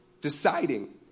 deciding